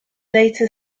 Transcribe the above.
later